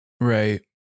Right